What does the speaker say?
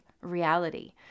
reality